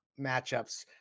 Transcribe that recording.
matchups